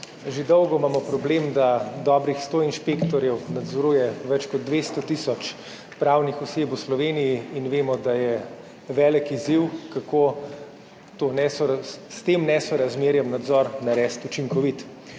Že dolgo imamo problem, da dobrih 100 inšpektorjev nadzoruje več kot 200 tisoč pravnih oseb v Sloveniji in vemo, da je velik izziv, kako to s tem nesorazmerjem nadzor narediti učinkovit.